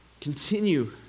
continue